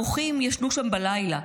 המוחים ישנו שם בלילה.